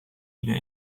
lien